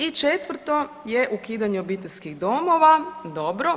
I četvrto je ukidanje obiteljskih domova, dobro.